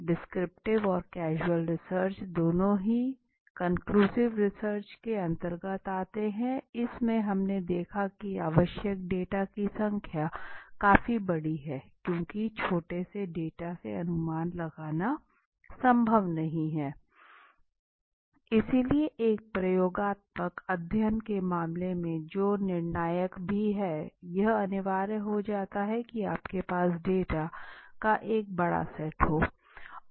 descriptive और causal research दोनों ही कन्क्लूसिव रिसर्च के अंतर्गत आते हैं इसमे हमने देखा कि आवश्यक डेटा की संख्या काफी बड़ी है क्योंकि छोटे से डेटा से अनुमान लगाना संभव नहीं है इसलिए एक प्रयोगात्मक अध्ययन के मामले में जो निर्णायक भी हो यह अनिवार्य हो जाता है कि आपके पास डेटा का एक बड़ा सेट हो